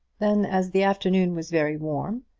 then, as the afternoon was very warm,